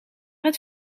het